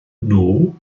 nhw